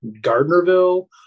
Gardnerville